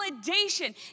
validation